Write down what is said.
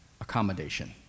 accommodation